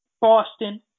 Boston